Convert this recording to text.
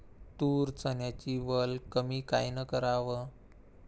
तूर, चन्याची वल कमी कायनं कराव?